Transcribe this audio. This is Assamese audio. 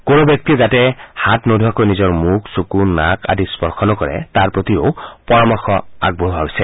কোনো ব্যক্তিয়ে যাতে হাত নোধোৱাকৈ নিজৰ মুখ চকু নাক আদি স্পৰ্শ নকৰে তাৰ প্ৰতিও পৰামৰ্শ আগবঢ়োৱা হৈছে